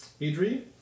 Adri